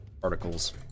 particles